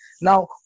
Now